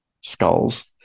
skulls